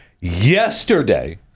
yesterday